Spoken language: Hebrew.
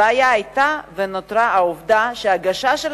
הבעיה היתה ונותרה העובדה שההגשה של